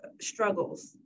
struggles